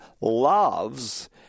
loves